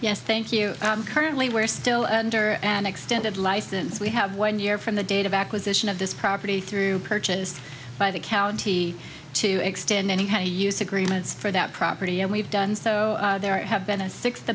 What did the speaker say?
yes thank you currently we're still enter an extended license we have one year from the date of acquisition of this property through purchased by the county to extend any heavy use agreements for that property and we've done so there have been a sixth